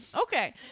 Okay